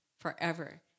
forever